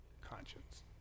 conscience